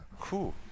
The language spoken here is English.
cool